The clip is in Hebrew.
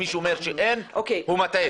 מי שאומר שאין הוא מטעה.